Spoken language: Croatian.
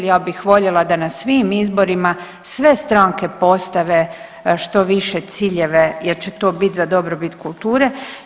Ja bih voljela da na svim izborima sve stranke postave što više ciljeve jer će to biti za dobrobit kulture.